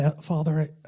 Father